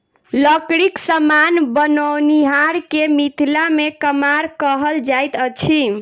लकड़ीक समान बनओनिहार के मिथिला मे कमार कहल जाइत अछि